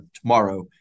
tomorrow